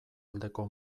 aldeko